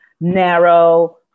narrow